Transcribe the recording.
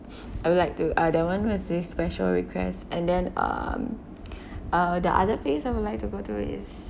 I would like to uh the one with the special request and then um uh the other place I would like to go to is